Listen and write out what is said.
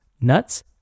nuts